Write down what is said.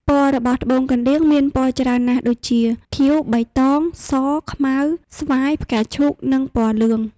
ពណ៍របស់ត្បូងកណ្តៀងមានពណ៌ច្រើនណាស់ដូចជា ខៀវ បៃតង ស ខ្មៅ ស្វាយ ផ្កាឈូក និងពណ៌លឿង។